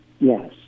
Yes